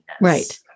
Right